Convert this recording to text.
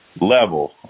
level